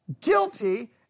guilty